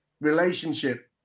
relationship